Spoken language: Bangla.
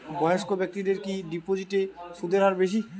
বয়স্ক ব্যেক্তিদের কি ডিপোজিটে সুদের হার বেশি?